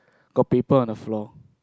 got paper on the floor